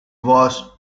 was